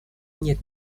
нет